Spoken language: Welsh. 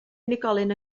unigolyn